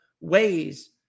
ways